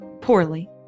poorly